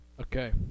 Okay